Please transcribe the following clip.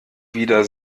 wieder